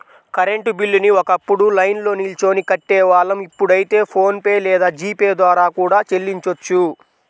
current బిల్లుని ఒకప్పుడు లైన్లో నిల్చొని కట్టేవాళ్ళం ఇప్పుడైతే ఫోన్ పే లేదా జీ పే ద్వారా కూడా చెల్లించొచ్చు